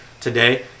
today